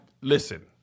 listen